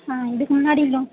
ஆ இதுக்கு முன்னாடி லோன்